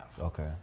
Okay